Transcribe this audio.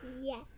Yes